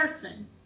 person